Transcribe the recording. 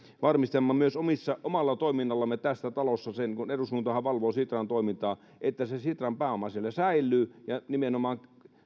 varmistamme myös omalla toiminnallamme tässä talossa sen kun eduskuntahan valvoo sitran toimintaa että se sitran pääoma siellä säilyy ja nimenomaan